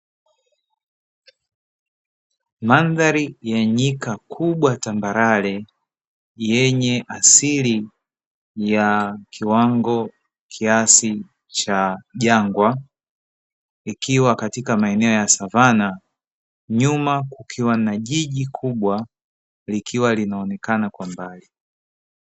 Mandhari ya nyika kubwa tambarare, yenye asili ya kiwango kiasi cha jangwa ikiwa katika maeneo ya savana nyuma kukiwa na jiji kubwa likiwa linaonekana kwa mbali.